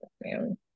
man